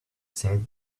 said